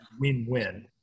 win-win